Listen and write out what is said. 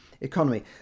economy